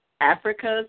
Africa's